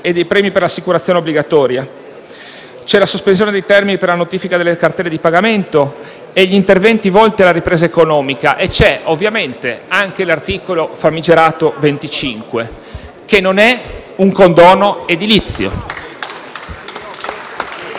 e dei premi per l’assicurazione obbligatoria. C’è la sospensione dei termini per la notifica delle cartelle di pagamento e gli interventi volti alla ripresa economica. C’è anche il famigerato articolo 25, che non è un condono edilizio.